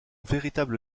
véritable